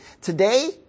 Today